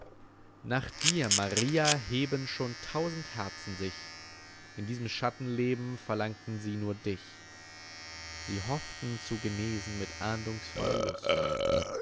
nach dir maria heben schon tausend herzen sich in diesem schattenleben verlangten sie nur dich sie hoffen zu genesen mit ahndungsvoller lust